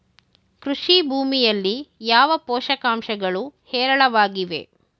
ಕೃಷಿ ಭೂಮಿಯಲ್ಲಿ ಯಾವ ಪೋಷಕಾಂಶಗಳು ಹೇರಳವಾಗಿವೆ?